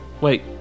wait